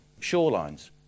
shorelines